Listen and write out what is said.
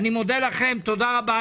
אני מודה לכם תודה רבה,